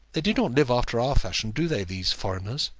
they do not live after our fashion, do they, these foreigners?